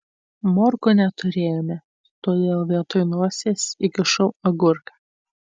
morkų neturėjome todėl vietoj nosies įkišau agurką